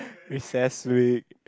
recess week